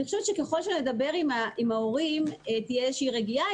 ככל שנדבר עם ההורים, תהיה איזושהי רגיעה.